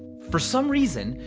for some reason,